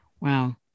Wow